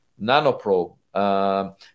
nanoprobe